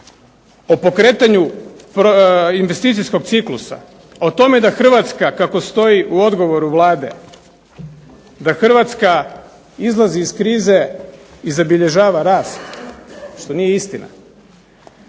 o pokretanju investicijskog ciklusa, o tome da Hrvatska kako stoji u odgovoru Vlade, da Hrvatska izlazi iz krize i zabilježava rast što nije istina